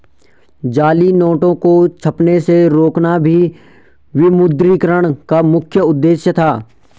जाली नोटों को छपने से रोकना भी विमुद्रीकरण का मुख्य उद्देश्य था